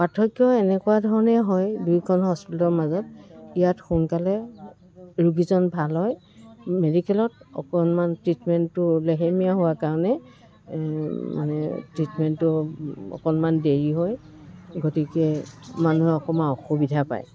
পাৰ্থক্য এনেকুৱা ধৰণে হয় দুইখন হস্পিটেলৰ মাজত ইয়াত সোনকালে ৰোগীজন ভাল হয় মেডিকেলত অকণমান ট্ৰিটমেণ্টটো লেহেমীয়া হোৱা কাৰণে মানে ট্ৰিটমেণ্টটো অকণমান দেৰি হয় গতিকে মানুহে অকণমান অসুবিধা পায়